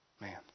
man